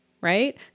right